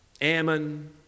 Ammon